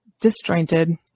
disjointed